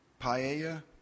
paella